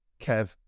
Kev